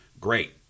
great